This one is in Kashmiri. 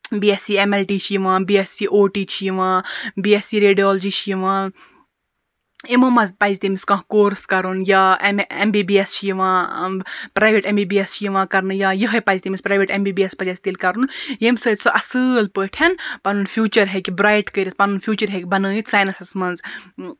B S C M L T چھ یِوان B S C O T چھ یِوان بی ایٚس سی ریڈیالجی چھِ یِوان یِمو مَنٛز پَزِ تٔمِس کانٛہہ کورس کَرُن یا امہ ایٚم بی بی ایٚس چھ یِوان private M B B S چھ یِوان کَرنہٕ یا یِہے پَزِ تٔمِس private M B B S پَزس تیٚلہِ کَرُن یمہِ سۭتۍ سُہ اصٕل پٲٹھۍ پَنُن فیوچَر ہیٚکہِ برایٹ کٔرِتھ پَنُن فیوچَر ہیٚکہِ بَنٲیِتھ ساینَسَس مَنٛز